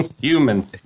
Human